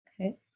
okay